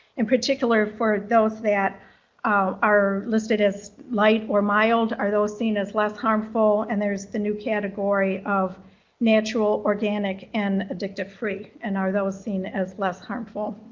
in particular, for those that um are listed as light or mild are those seen as less harmful and there's the new category of natural organic and addictive free and are those seen as less harmful.